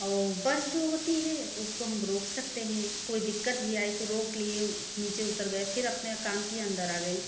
और बस जो होती है तो उसको हम रोक सकते हैं कोई दिक्कत भी आए तो रोक लिए नीचे उतर गए फिर अपने काम किए अंदर आ गएँ